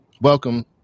welcome